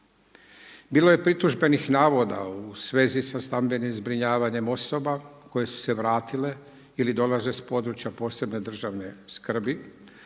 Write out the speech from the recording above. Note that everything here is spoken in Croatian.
Bilo je pritužbenih navoda u svezi sa stambenim zbrinjavanjem osoba koje su se vratile ili dolaze iz područja od posebne državne skrbi,